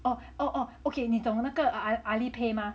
oh oh okay 你懂那个 err AliPay 吗